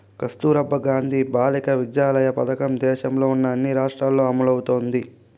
కస్తుర్బా గాంధీ బాలికా విద్యాలయ పథకం దేశంలో ఉన్న అన్ని రాష్ట్రాల్లో అమలవుతోంది